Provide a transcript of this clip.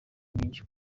nyinshi